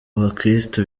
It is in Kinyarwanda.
bakristu